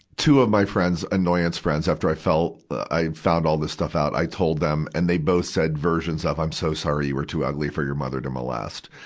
two of my friends, annoyance friends, after i felt i found all this stuff out, i told them. and they both said versions of i'm so sorry you were too ugly for your mother to molest.